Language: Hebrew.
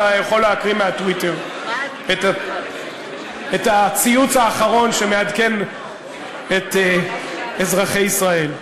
אתה יכול להקריא מהטוויטר את הציוץ האחרון שמעדכן את אזרחי ישראל.